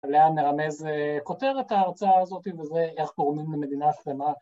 לאן מרמז כותרת ההרצאה הזאת וזה, איך קוראים למדינה השכנה?